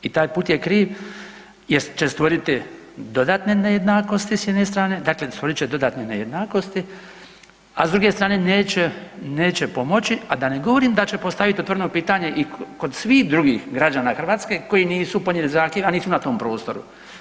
I taj put je kriv jer će stvoriti dodatne nejednakosti s jedne strane, dakle stvorit će dodatne nejednakosti, a s druge strane neće, neće pomoći, a da ne govorim da će postaviti otvoreno pitanje i kod svih drugih građana Hrvatske koji nisu podnijeli zahtjev, a nisu na tom prostoru.